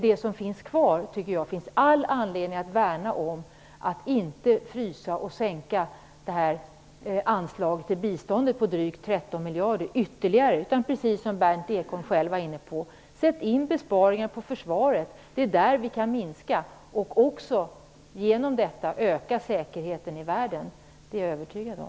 Det som finns kvar av anslaget till bistånd på drygt 13 miljarder finns det all anledning att värna om, så att man inte fryser eller minskar det ytterligare. Precis som Berndt Ekholm var inne på bör besparingarna göras på försvaret. Det är där vi kan gör neddragningar. Därmed kan vi också öka säkerheten i världen. Det är jag övertygad om.